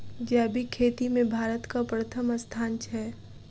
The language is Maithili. जैबिक खेती मे भारतक परथम स्थान छै